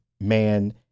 man